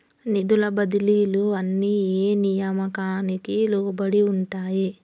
నిధుల బదిలీలు అన్ని ఏ నియామకానికి లోబడి ఉంటాయి?